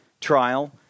trial